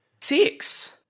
Six